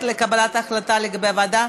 לוועדת החוקה, חוק ומשפט.